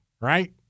Right